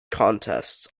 contests